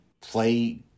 play